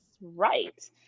right